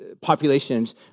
populations